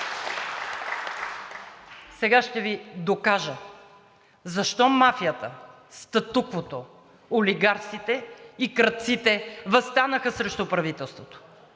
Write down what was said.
сега ще Ви докажа защо мафията, статуквото, олигарсите и крадците въстанаха срещу правителството